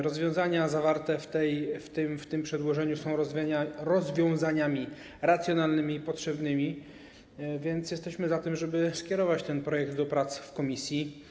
Rozwiązania zawarte w tym przedłożeniu są rozwiązaniami racjonalnymi i potrzebnymi, więc jesteśmy za tym, żeby skierować ten projekt do prac w komisji.